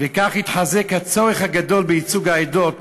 וכך התחזק הצורך הגדול בייצוג העדות